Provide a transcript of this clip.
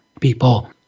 people